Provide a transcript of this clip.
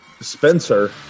Spencer